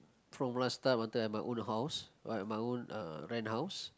from last time until at my own house like my own uh rent house